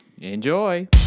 Enjoy